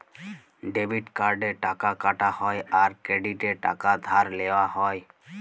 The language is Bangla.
ডেবিট কার্ডে টাকা কাটা হ্যয় আর ক্রেডিটে টাকা ধার লেওয়া হ্য়য়